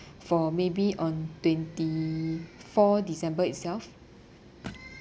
for maybe on twenty four december itself